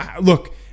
look